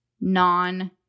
non